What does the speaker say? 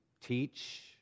teach